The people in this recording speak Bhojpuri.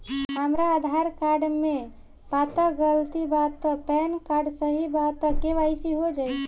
हमरा आधार कार्ड मे पता गलती बा त पैन कार्ड सही बा त के.वाइ.सी हो जायी?